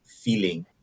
feeling